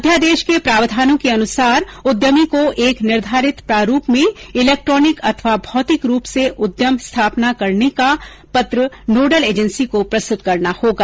अध्यादेश के प्रावधानों के अनुसार उद्यमी को एक निर्धारित प्रारूप में इलेक्ट्रॉनिक अथवा भौतिक रूप से उद्यम स्थापना करने का पत्र नोडल एजेन्सी को प्रस्तुत करना होगा